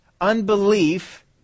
Unbelief